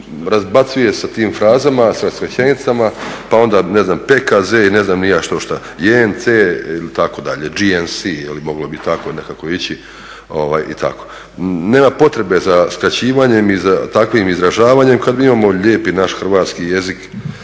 razbacuje sa tim frazama, sa skraćenicama, pa onda ne znam PKZ i ne znam ni ja štošta i … itd., GNC, moglo bi tako nekako ići. Nema potrebe za skraćivanjem i za takvim izražavanjem kad mi imamo lijepi naš hrvatski jezik